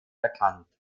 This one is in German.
erkannt